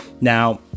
Now